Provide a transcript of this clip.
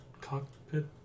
cockpit